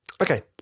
Okay